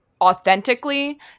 authentically